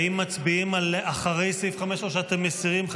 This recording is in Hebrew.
האם מצביעים על אחרי סעיף 5 או שאתם מסירים,